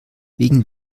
wegen